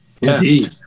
Indeed